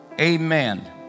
Amen